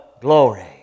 glory